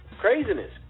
Craziness